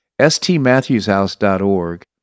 stmatthewshouse.org